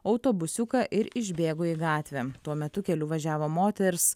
autobusiuką ir išbėgo į gatvę tuo metu keliu važiavo moters